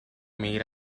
migra